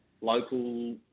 local